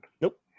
Nope